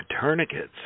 tourniquets